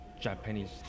Japanese